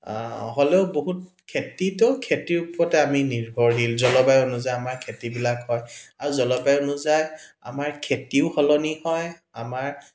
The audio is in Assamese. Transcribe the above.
হলেও বহুত খেতিটো খেতিৰ ওপৰতে আমি নিৰ্ভৰশীল জলবায়ু অনুযায়ী আমাৰ খেতিবিলাক হয় আৰু জলবায়ু অনুযায়ী আমাৰ খেতিও সলনি হয় আমাৰ